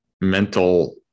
mental